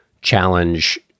challenge